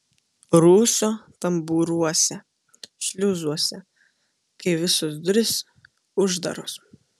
rūsio tambūruose šliuzuose kai visos durys uždaros